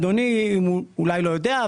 אדוני אולי לא יודע,